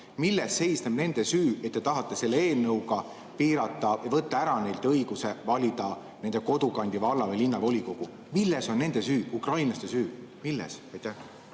Milles seisneb nende süü, et te tahate selle eelnõuga võtta ära neilt õiguse valida nende kodukandi valla- või linnavolikogu? Milles on nende süü, ukrainlaste süü? Milles? Aitäh!